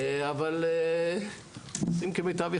אבל עושים כמיטב יכולתנו.